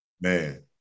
Man